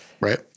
right